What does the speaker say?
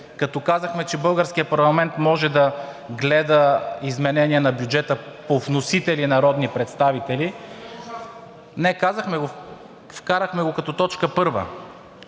като казахме, че българският парламент може да гледа изменения на бюджета по вносители народни представители, казахме го, вкараха го като точка първа,